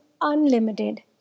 unlimited